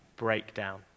breakdown